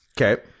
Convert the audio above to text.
Okay